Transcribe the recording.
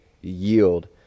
yield